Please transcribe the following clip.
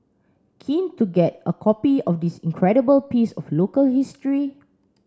keen to get a copy of this incredible piece of local history